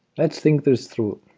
let's think this through.